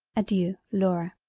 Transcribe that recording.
adeiu, laura.